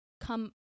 come